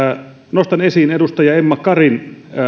nostan esiin edustaja emma karin